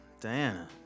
Diana